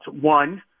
One